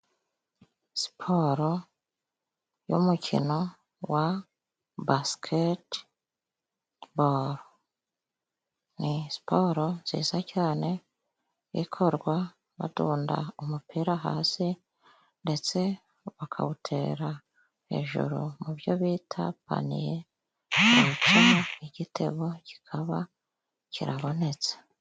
Siporo y'umukino wa basiketibolo ni siporo nziza cyane ikorwa badunda umupira hasi ndetse bakawuterara hejuru mu byo bita paniye hanyuma igitego kikaba kirabonetse.